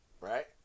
right